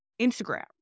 Instagram